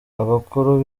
abakuru